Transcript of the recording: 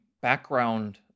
background